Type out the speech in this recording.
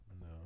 No